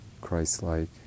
Christ-like